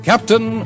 Captain